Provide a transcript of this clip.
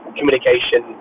Communication